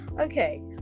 okay